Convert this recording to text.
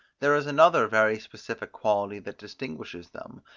there is another very specific quality that distinguishes them,